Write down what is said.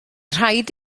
rhaid